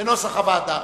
בנוסח הוועדה.